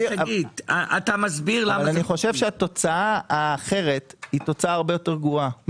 אני חושב שהתוצאה האחרת היא תוצאה הרבה יותר גרועה.